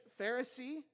Pharisee